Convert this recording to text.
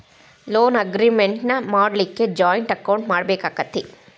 Loan agreement ಮಾಡ್ಲಿಕ್ಕೆ joint account ಮಾಡ್ಬೆಕಾಕ್ಕತೇ?